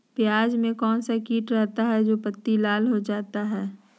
प्याज में कौन सा किट रहता है? जो पत्ती लाल हो जाता हैं